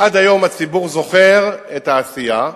עד היום הציבור זוכר את העשייה,